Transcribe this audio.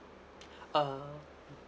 uh